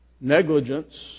negligence